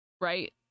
right